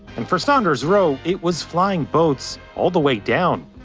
and for saunders-roe, it was flying boats all the way down.